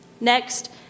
Next